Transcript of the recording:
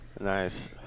nice